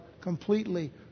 completely